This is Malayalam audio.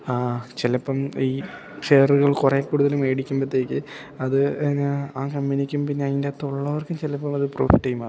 ആ ചിലപ്പം ഈ ഷെയറുകൾ കുറേ കൂടുതൽ മേടിക്കുമ്പോഴത്തേക്ക് അത് എന്നാൽ ആ കമ്പനിക്കും പിന്നെ അതിൻ്റകത്തുള്ളവർക്ക് ചിലപ്പോൾ അത് പ്രൊഫിറ്റായി മാറും